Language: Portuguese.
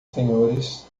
senhores